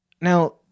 Now